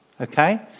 Okay